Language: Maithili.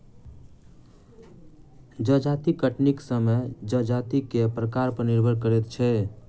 जजाति कटनीक समय जजाति के प्रकार पर निर्भर करैत छै